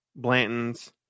Blantons